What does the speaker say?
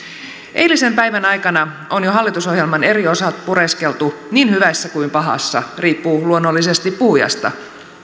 eilisen päivän aikana on jo hallitusohjelman eri osat pureskeltu niin hyvässä kuin pahassa riippuu luonnollisesti puhujasta